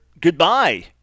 goodbye